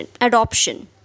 adoption